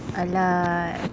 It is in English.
a~ lah